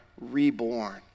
reborn